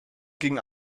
ging